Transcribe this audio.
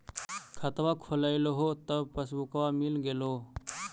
खतवा खोलैलहो तव पसबुकवा मिल गेलो?